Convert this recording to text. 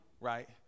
right